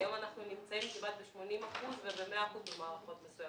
והיום אנחנו נמצאים כמעט ב-80 אחוזים וב-100 אחוזים במערכות מסוימות.